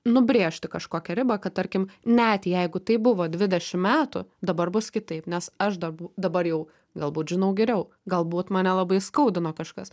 nubrėžti kažkokią ribą kad tarkim net jeigu tai buvo dvidešim metų dabar bus kitaip nes aš dabar dabar jau galbūt žinau geriau galbūt mane labai įskaudino kažkas